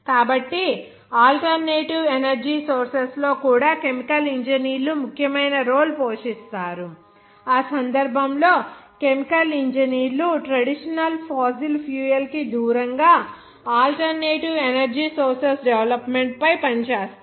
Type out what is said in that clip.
కాబట్టి alternative energy sources లో కూడా కెమికల్ ఇంజనీర్లు ముఖ్యమైన రోల్ పోషిస్తారు ఆ సందర్భంలో కెమికల్ ఇంజనీర్లు ట్రెడిషనల్ ఫాసిల్ ఫ్యూయల్ కి దూరంగా ఆల్టర్నేటివ్ ఎనర్జీ సోర్సెస్ డెవలప్మెంట్ పై పనిచేస్తారు